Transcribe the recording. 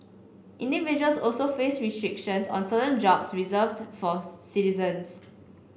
individuals also face restrictions on certain jobs reserved for citizens